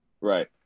right